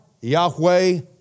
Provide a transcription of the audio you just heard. Yahweh